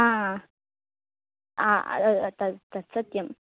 हा त तद् सत्यम्